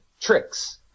tricks